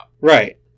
right